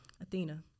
Athena